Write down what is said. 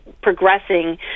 progressing